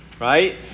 Right